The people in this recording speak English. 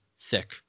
Thick